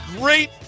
great